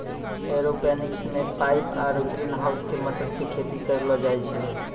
aeroponics मे pipe आरु ग्रीनहाउसो के मदत से खेती करलो जाय छै